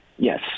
Yes